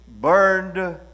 burned